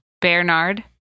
Bernard